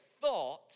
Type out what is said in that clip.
Thought